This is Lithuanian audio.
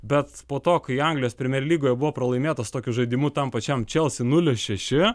bet po to kai anglijos premier lygoje buvo pralaimėtos tokiu žaidimu tam pačiam čelsi nulis šeši